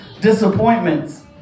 disappointments